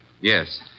Yes